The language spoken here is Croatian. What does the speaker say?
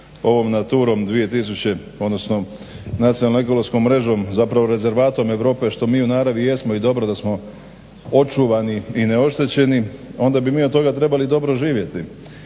ovom Naturom 2000 odnosno nacionalnom ekološkom mrežom zapravo rezervatom Europe što mi u naravi jesmo i dobro da smo očuvani i ne oštećeni onda bi mi od toga trebali dobro živjeti.